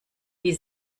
die